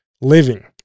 living